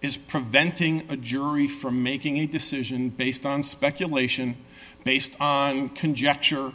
is preventing a jury from making a decision based on speculation based on conjecture